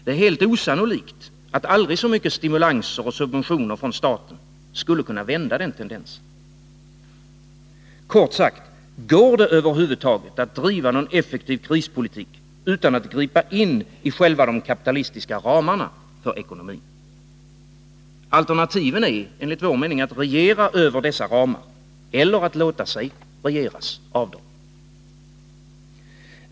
Det är helt osannolikt att aldrig så mycket stimulanser och subventioner från staten skulle kunna vända den tendensen. Kort sagt: Går det över huvud taget att driva någon effektiv krispolitik utan att gripa in i själva de kapitalistiska ramarna för ekonomin? Alternativen är enligt vår mening att regera över dessa ramar eller att låta sig regeras av dem.